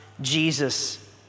Jesus